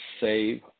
Save